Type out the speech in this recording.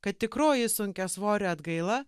kad tikroji sunkiasvorio atgaila